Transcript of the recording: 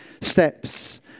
steps